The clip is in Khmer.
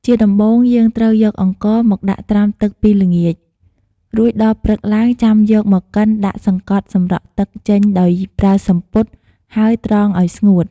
ជាដំបូង យើងត្រូវយកអង្ករមកដាក់ត្រាំទឹកពីល្ងាច រួចដល់ព្រឹកឡើងចាំយកមកកិនដាក់សង្កត់សម្រក់ទឹកចេញដោយប្រើសំពត់ ហើយត្រងអោយស្ងួត។